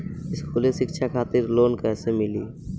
स्कूली शिक्षा खातिर लोन कैसे मिली?